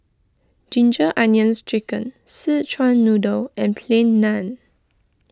Ginger Onions Chicken Szechuan Noodle and Plain Naan